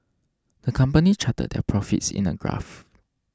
the company charted their profits in a graph